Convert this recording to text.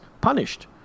punished